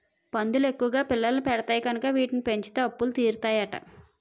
పందులు ఎక్కువ పిల్లల్ని పెడతాయి కనుక వీటిని పెంచితే అప్పులు తీరుతాయట